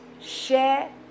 share